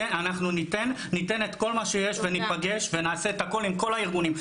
אנחנו ניתן את כל מה שיש וניפגש ונעשה את הכול עם כל הארגונים,